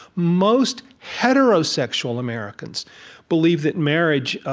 most heterosexual americans believe that marriage,